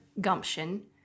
gumption